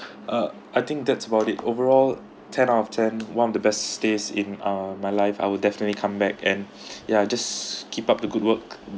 uh I think that's about it overall ten out of ten one of the best stays in uh my life I will definitely come back and ya just keep up the good work